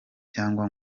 cyangwa